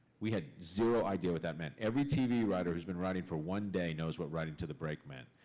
we had zero idea what that meant. every tv writer who's been writing for one day knows what writing to the break meant.